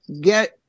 Get